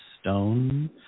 stone